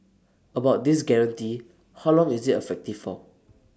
about this guarantee how long is IT effective for